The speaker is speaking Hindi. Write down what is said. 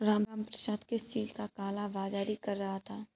रामप्रसाद किस चीज का काला बाज़ारी कर रहा था